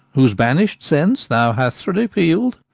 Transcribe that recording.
whose banish'd sense thou has repeal'd,